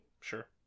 sure